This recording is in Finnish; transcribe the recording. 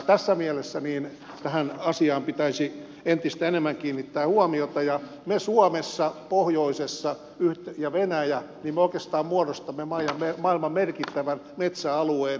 tässä mielessä tähän asiaan pitäisi entistä enemmän kiinnittää huomiota ja me suomessa pohjoisessa ja venäjä oikeastaan muodostamme maailman merkittävän metsäalueen